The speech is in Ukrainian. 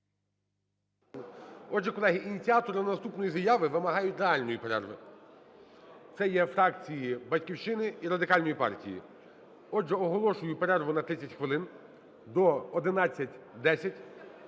Отже, колеги, ініціатори наступної заяви вимагають реальної перерви. Це є фракції "Батьківщина" та Радикальна партія. Отже, оголошую перерву на 30 хвилин – до 11:10.